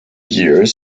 years